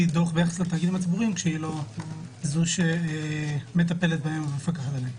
דוח ביחס לתאגידים הציבוריים כשהיא לא זו שמטפלת בהם ומפקחת עליהם.